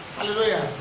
Hallelujah